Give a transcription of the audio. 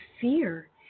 fear